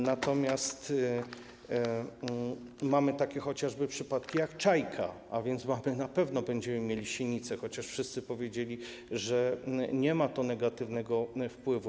Natomiast mamy chociażby przypadki takie jak Czajka, a więc na pewno będziemy mieli sinice, chociaż wszyscy powiedzieli, że nie ma to negatywnego wpływu.